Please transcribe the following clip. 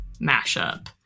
Mashup